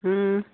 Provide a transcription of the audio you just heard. ಹ್ಞೂ